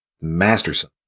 Masterson